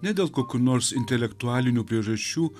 ne dėl kokių nors intelektualinių priežasčių